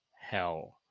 hell